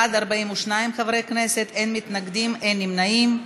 בעד, 42 חברי כנסת, אין מתנגדים ואין נמנעים.